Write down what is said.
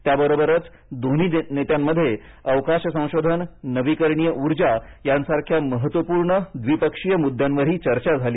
त्याबरोबरच दोन्ही नेत्यांमध्ये अवकाश संशोधन नवीकरणीय उर्जा यासारख्या महत्त्वपूर्ण द्विपक्षीय मुद्द्यांवरही चर्चा झाली